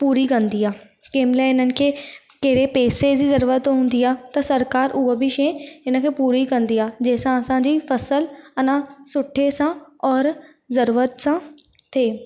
पूरी कंदी आहे कंहिंमहिल हिननि खे कहिड़े पेसे जी ज़रूरत हूंदी आ्हे त सरकारु उहो बि शइ हिन खे पूरी कंदी आहे जंहिंसां असांजी फ़सुलु अञा सुठे सां और ज़रूरत सां थिए